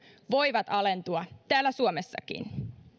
voivat alentua täällä suomessakin